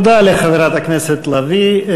תודה לחברת הכנסת לביא.